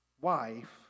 wife